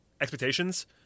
expectations